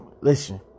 listen